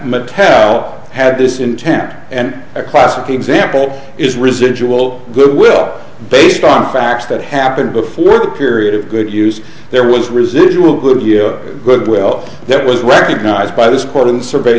mattel had this intent and a classic example is residual goodwill based on facts that happened before the period of good use there was residual goodwill that was recognized by this court in the survey